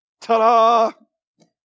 Ta-da